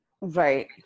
right